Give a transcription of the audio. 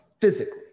physically